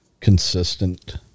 consistent